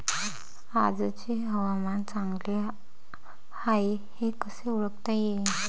आजचे हवामान चांगले हाये हे कसे ओळखता येईन?